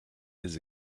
his